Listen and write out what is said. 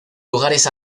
lugares